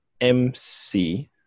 MC